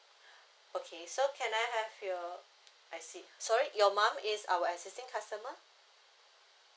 okay so can I have your I_C sorry your mom is our existing customer